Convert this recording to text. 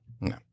No